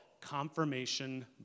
confirmation